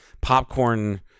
popcorn